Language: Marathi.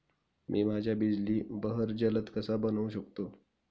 मी माझ्या बिजली बहर जलद कसा बनवू शकतो?